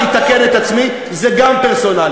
אני אתקן את עצמי: זה גם פרסונלי.